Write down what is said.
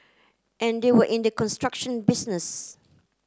and they were in the construction business